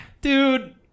dude